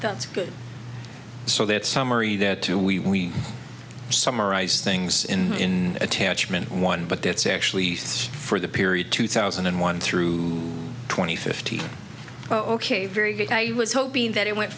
that's good so that summary that to we summarize things in attachment one but that's actually for the period two thousand and one through twenty fifty oh ok very good i was hoping that it went